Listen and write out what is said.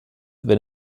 wenn